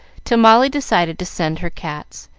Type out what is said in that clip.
till molly decided to send her cats,